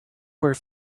were